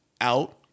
out